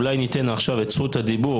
אולי ניתן עכשיו את זכות הדיבור,